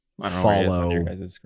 follow